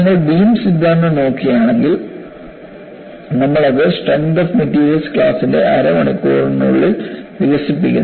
നിങ്ങൾ ബീം സിദ്ധാന്തം നോക്കുകയാണെങ്കിൽ നമ്മൾ അത് സ്ട്രെങ്ത് ഓഫ് മെറ്റീരിയൽസ് ക്ലാസിൻറെ അരമണിക്കൂറിനുള്ളിൽ വികസിപ്പിക്കുന്നു